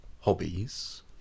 hobbies